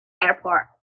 airport